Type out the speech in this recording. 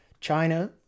China